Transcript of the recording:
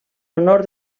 honor